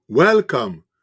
Welcome